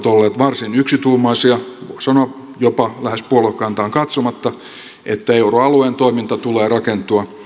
olleet varsin yksituumaisia voi sanoa jopa lähes puoluekantaan katsomatta että euroalueen toiminnan tulee rakentua